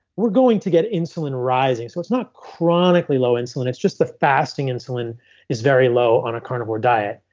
we're going to get insulin rising. so it's not chronically low insulin. it's just a fasting insulin is very low on a carnivore diet.